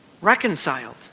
reconciled